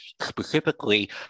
specifically